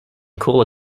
cooler